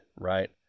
Right